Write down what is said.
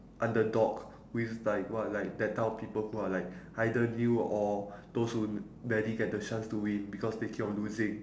underdog which is like what like that type of people who are like either new or those who rarely get the chance to win because they keep on losing